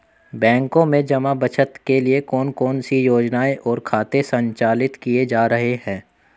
बैंकों में जमा बचत के लिए कौन कौन सी योजनाएं और खाते संचालित किए जा रहे हैं?